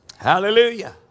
Hallelujah